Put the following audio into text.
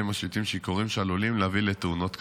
משיטים שיכורים שעלולים להביא לתאונות קשות.